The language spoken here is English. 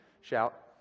Shout